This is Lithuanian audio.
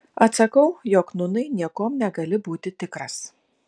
atsakau jog nūnai niekuom negali būti tikras